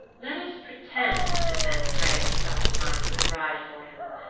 let us pretend to send freya to jotunheim as a bride for him.